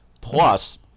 Plus